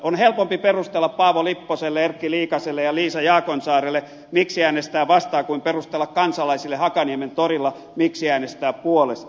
on helpompi perustella paavo lipposelle erkki liikaselle ja liisa jaakonsaarelle miksi äänestää vastaan kuin perustella kansalaisille hakaniemen torilla miksi äänestää puolesta